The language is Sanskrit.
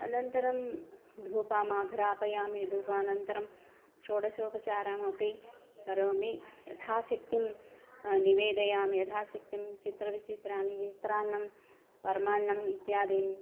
अनन्तरं धूपमाघ्रापयामि धूपानन्तरं षोडषोपचारामपि करोमि यथाशक्तिं निवेदयामि यथाशक्तिं चित्रं विचित्राणि चित्रान्नं परमान्नम् इत्यादि